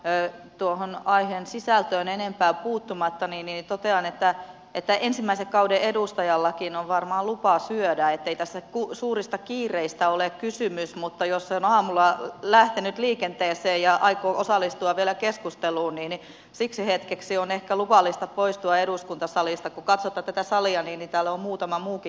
tuohon aiheen sisältöön enempää puuttumatta totean että ensimmäisen kauden edustajallakin on varmaan lupa syödä ettei tässä suurista kiireistä ole kysymys mutta jos on aamulla lähtenyt liikenteeseen ja aikoo osallistua vielä keskusteluun niin siksi hetkeksi on ehkä luvallista poistua eduskuntasalista katsota tätä sallia rivitalo muutama muukin